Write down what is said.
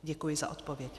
Děkuji za odpověď.